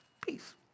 Peace